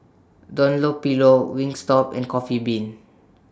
Dunlopillo Wingstop and Coffee Bean